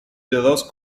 dos